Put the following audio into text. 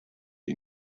his